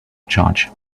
charge